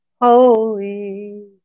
holy